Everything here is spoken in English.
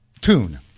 Tune